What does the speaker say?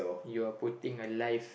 you are putting a life